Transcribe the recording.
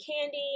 candy